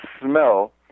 smell